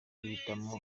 guhitamo